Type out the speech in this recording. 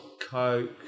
coke